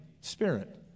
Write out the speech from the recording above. spirit